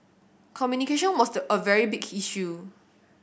communication was the a very big issue